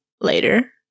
later